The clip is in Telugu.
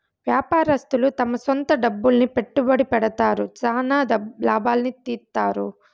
వ్యాపారస్తులు తమ సొంత డబ్బులు పెట్టుబడి పెడతారు, చానా లాభాల్ని తీత్తారు